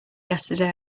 yesterday